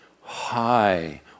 high